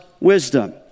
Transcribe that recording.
wisdom